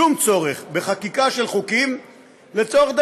שום צורך, בחקיקה של חוקים לצורך דמוגרפי.